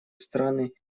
страны